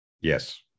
Yes